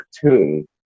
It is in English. cartoon